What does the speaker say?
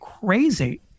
crazy